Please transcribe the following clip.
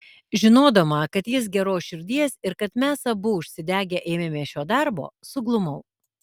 žinodama kad jis geros širdies ir kad mes abu užsidegę ėmėmės šio darbo suglumau